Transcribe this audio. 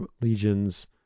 legions